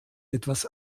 etwas